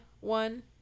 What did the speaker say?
one